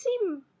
seem